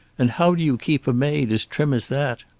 and how do you keep a maid as trim as that?